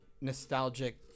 nostalgic